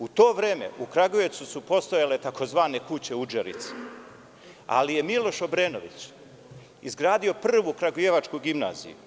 U to vreme u Kragujevcu su postojale tzv. kuće udžerice, ali je Miloš Obrenović izgradio prvu Kragujevačku gimnaziju.